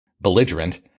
belligerent